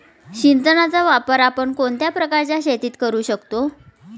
सिंचनाचा वापर आपण कोणत्या प्रकारच्या शेतीत करू शकतो?